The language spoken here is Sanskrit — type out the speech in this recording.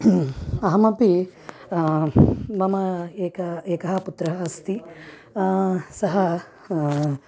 अहमपि मम एकं एकः पुत्रः अस्ति सः